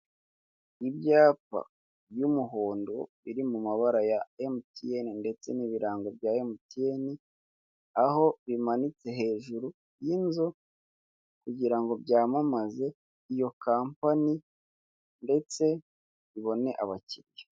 Ibyapa by'umuhondo biri mu mabara ya emutiyeni ndetse n'ibirango bya emutiyeni aho bimanitse hejuru y'inzu kugira ngo byamamaze iyo kampani ndetse ibone abakiriya.